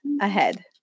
ahead